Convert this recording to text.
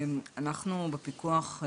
אנחנו בפיקוח,